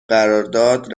قرارداد